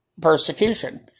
persecution